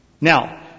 Now